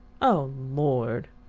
oh, lord,